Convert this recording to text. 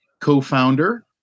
co-founder